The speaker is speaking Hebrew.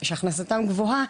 שהכנסתם גבוהה,